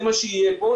זה מה שיהיה פה.